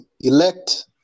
Elect